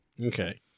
Okay